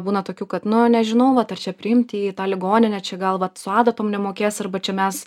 būna tokių kad nu nežinau vat ar čia priimti jį į tą ligoninę čia gal vat su adatom nemokės arba čia mes